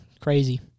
Crazy